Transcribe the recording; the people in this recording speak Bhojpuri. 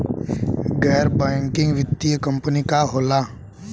गैर बैकिंग वित्तीय कंपनी का होला?